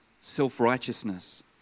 self-righteousness